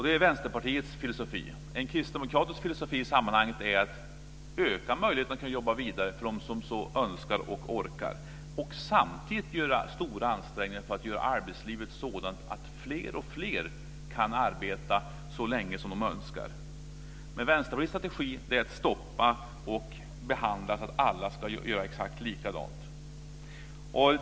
Det är En kristdemokratisk filosofi i sammanhanget är att öka möjligheterna för dem som så önskar och orkar att jobba vidare och samtidigt göra stora ansträngningar för att göra arbetslivet sådant att fler och fler kan arbeta så länge som de önskar. Men Vänsterpartiets strategi är att stoppa detta och se till att alla gör exakt likadant.